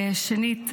שנית,